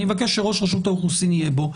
אני מבקש שראש רשות האוכלוסין יהיה בו,